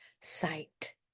sight